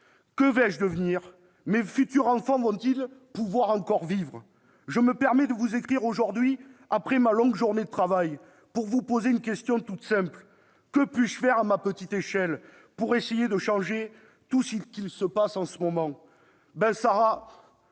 Que vais-je devenir ? Mes futurs enfants vont-ils encore pouvoir vivre ? Je me permets de vous écrire aujourd'hui, après ma longue journée de travail, pour vous poser une question toute simple : que puis-je faire à ma petite échelle pour essayer de changer tout ce qui se passe en ce moment ?